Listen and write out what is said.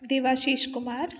Debashish Kumar